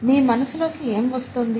మీ మనసులోకి ఏం వస్తోంది